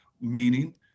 meaning